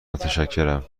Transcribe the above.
متشکرم